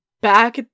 back